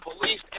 police